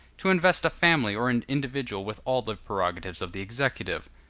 to invest a family or an individual with all the prerogatives of the executive.